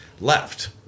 left